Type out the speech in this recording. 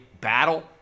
battle